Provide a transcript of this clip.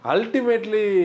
Ultimately